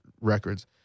records